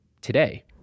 today